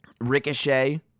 Ricochet